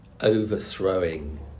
overthrowing